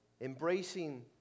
embracing